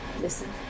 listen